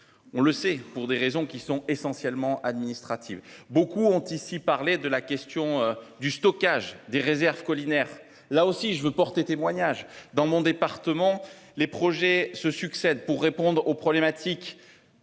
on le sait, pour des raisons qui sont essentiellement administrative. Beaucoup ont ici parler de la question du stockage des réserves collinaires là aussi je veux porter témoignage dans mon département, les projets se succèdent pour répondre aux problématiques